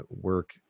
work